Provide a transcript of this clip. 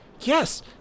Yes